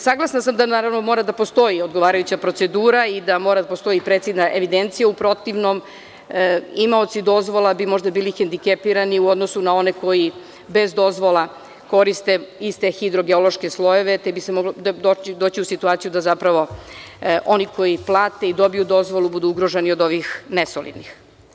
Saglasna sam, da naravno mora postoji odgovarajuća procedura i da mora da postoji precizna evidencija, u protivnom imaoci dozvola bi možda bili hendikepirani u odnosu na one koji bez dozvola koriste iste hidrogeološke slojeve te bi se moglo doći u situaciju da zapravo oni koji plate i dobiju dozvolu budu ugroženi od ovih nesolidnih.